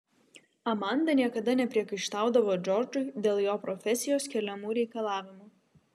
amanda niekada nepriekaištaudavo džordžui dėl jo profesijos keliamų reikalavimų